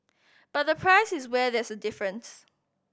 but the price is where there's a difference